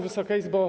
Wysoka Izbo!